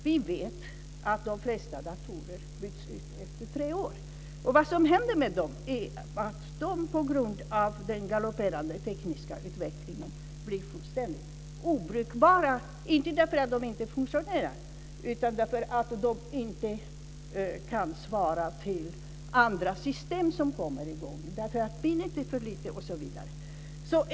Vi vet att de flesta datorer byts ut efter tre år. På grund av den galopperande tekniska utvecklingen blir de fullständigt obrukbara, inte därför att de inte fungerar utan därför att de inte kan svara till andra system som kommer i gång eller för att minnet är för litet osv.